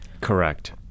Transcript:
Correct